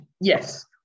yes